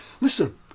listen